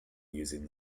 using